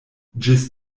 ĝis